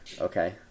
okay